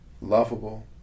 lovable